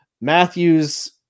Matthews